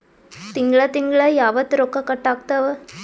ತಿಂಗಳ ತಿಂಗ್ಳ ಯಾವತ್ತ ರೊಕ್ಕ ಕಟ್ ಆಗ್ತಾವ?